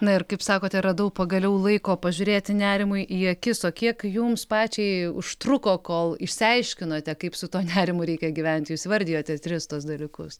na ir kaip sakote radau pagaliau laiko pažiūrėti nerimui į akis o kiek jums pačiai užtruko kol išsiaiškinote kaip su tuo nerimu reikia gyventi jūs įvardijote tris tuos dalykus